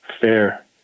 fair